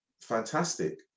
fantastic